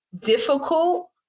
difficult